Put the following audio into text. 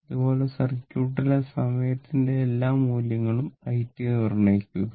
ഇതുപോലെ സർക്യൂട്ടിലെ സമയത്തിന്റെ എല്ലാ മൂല്യങ്ങൾക്കും i നിർണ്ണയിക്കുക